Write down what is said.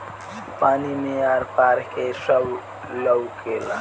पानी मे आर पार के सब लउकेला